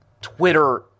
Twitter